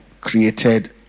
Created